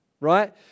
right